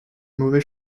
mauvais